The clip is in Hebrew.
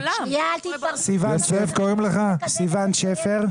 סיון שפר,